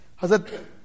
Hazrat